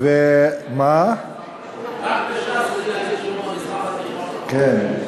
רק בש"ס יודעים, כן.